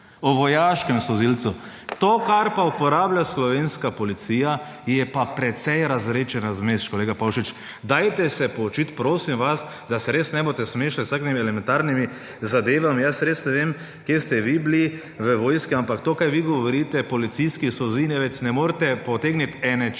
o vojaškem solzivcu; to pa, kar uporablja slovenska policija, je pa precej razredčena zmes, kolega Pavšič. Poučite se, prosim vas, da se res ne boste smešili s takimi elementarnimi zadevami. Jaz res ne vem, kje ste vi bili v vojski, ampak to, kar vi govorite, policijski solzivec, ne morete potegniti enačaja,